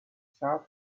صبر